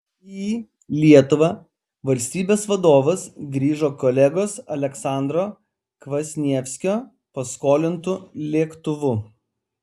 į lietuvą valstybės vadovas grįžo kolegos aleksandro kvasnievskio paskolintu lėktuvu